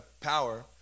power